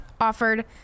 offered